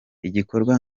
igikorwa